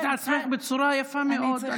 את הסברת את עצמך בצורה יפה מאוד,